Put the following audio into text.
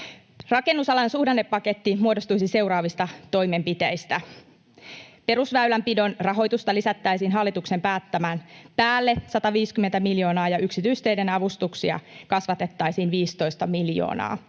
Rakennusalan suhdannepaketti muodostuisi seuraavista toimenpiteistä: Perusväylänpidon rahoitusta lisättäisiin hallituksen päättämän päälle 150 miljoonaa, ja yksityisteiden avustuksia kasvatettaisiin 15 miljoonaa.